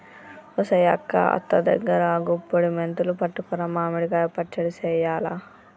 ఒసెయ్ అక్క అత్త దగ్గరా గుప్పుడి మెంతులు పట్టుకురా మామిడి కాయ పచ్చడి సెయ్యాల